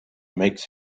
makes